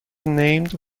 named